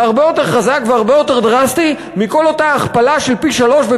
הרבה יותר חזק והרבה יותר דרסטי מכל אותה הכפלה של פי-שלושה